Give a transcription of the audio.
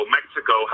Mexico